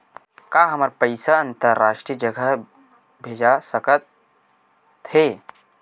का हमर पईसा अंतरराष्ट्रीय जगह भेजा सकत हे?